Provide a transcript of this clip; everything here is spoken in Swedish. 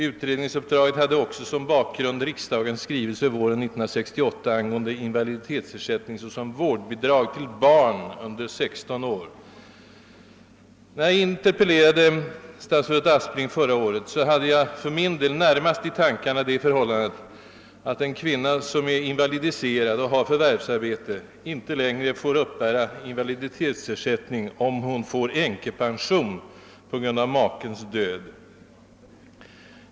Utredningsuppdraget hade också som bakgrund riksdagens skrivelse våren 1968 angående invaliditetsersättning såsom vårdbidrag till barn under 16 år. När jag interpellerade statsrådet Aspling förra året hade jag närmast i tankarna det förhållandet, att en invalidiserad kvinna som har förvärvsarbete inte längre får uppbära invaliditetsersättning, om hon får änkepension på grund av makens död.